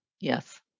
Yes